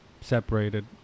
separated